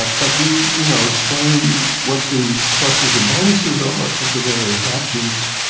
ah but we you know explain what the pluses and minuses are of the various options.